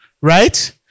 right